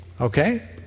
Okay